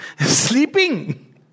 sleeping